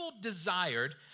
desired